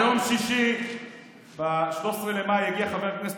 ביום שישי 13 במאי הגיע חבר הכנסת